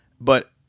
but-